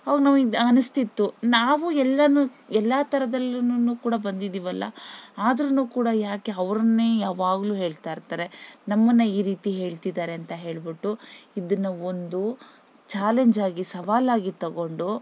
ಆವಾಗ ನಮಗೆ ಅನಿಸ್ತಿತ್ತು ನಾವೂ ಎಲ್ಲಾನೂ ಎಲ್ಲ ಥರದಲ್ಲೂನು ಕೂಡ ಬಂದಿದ್ದೀವಲ್ಲ ಆದ್ರೂ ಕೂಡ ಯಾಕೆ ಅವ್ರನ್ನೇ ಯಾವಾಗಲೂ ಹೇಳ್ತಾ ಇರ್ತಾರೆ ನಮ್ಮನ್ನು ಈ ರೀತಿ ಹೇಳ್ತಿದ್ದಾರೆ ಅಂತ ಹೇಳ್ಬಿಟ್ಟು ಇದನ್ನು ಒಂದು ಚಾಲೆಂಜ್ ಆಗಿ ಸವಾಲಾಗಿ ತಗೊಂಡು